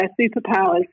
superpowers